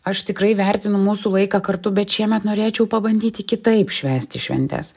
aš tikrai vertinu mūsų laiką kartu bet šiemet norėčiau pabandyti kitaip švęsti šventes